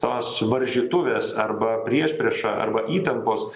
tos varžytuvės arba priešprieša arba įtampos